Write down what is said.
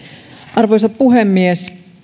arvoisa puhemies